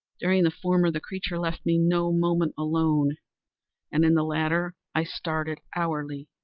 during the former the creature left me no moment alone and, in the latter, i started, hourly,